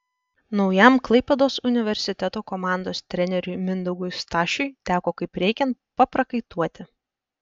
naujam klaipėdos universiteto komandos treneriui mindaugui stašiui teko kaip reikiant paprakaituoti